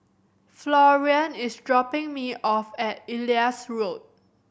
Florian is dropping me off at Elias Road